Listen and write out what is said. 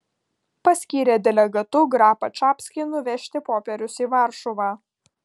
paskyrė delegatu grapą čapskį nuvežti popierius į varšuvą